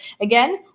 again